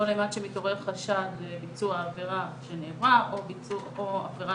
כל אימת שמתעורר חשד לביצוע עבירה שנעברה או עבירה